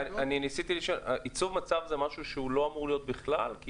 ניסיתי לשאול אם ייצוב מצב זה משהו שלא אמור להיות בכלל כי